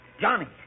Johnny